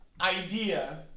idea